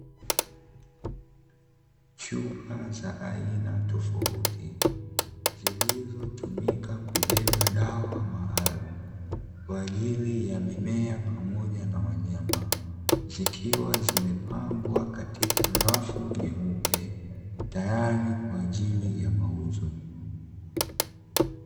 Chupa za aina tofauti zilizotumika kubeba dawa maalumu, kwa ajili ya mimea pamoja na wanyama, zikiwa zimepangwa katika rafu nyeupe tayari kwa ajili ya mauzo.